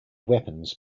weapons